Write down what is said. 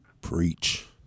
Preach